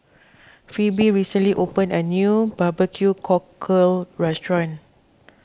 Phebe recently opened a new Barbecue Cockle restaurant